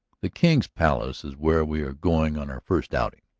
the king's palace is where we are going on our first outing.